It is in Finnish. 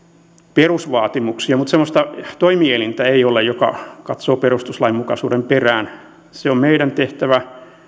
perusvaatimuksia eli semmoista toimielintä ei ole joka katsoo perustuslainmukaisuuden perään se on meidän tehtävämme